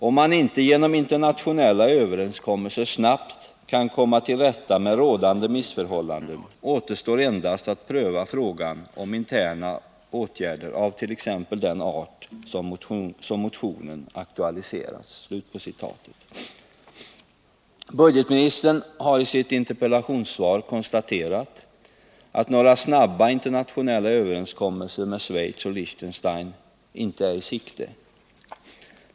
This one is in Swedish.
Om man inte genom internationella överenskommelser snabbt kan komma till rätta med rådande missförhållanden, återstår endast att pröva frågan om interna åtgärder av t.ex. den art som motionen aktualiserat.” Budgetministern har i sitt interpellationssvar konstaterat att några snabba internationella överenskommelser med Schweiz och Liechtenstein inte är i sikte.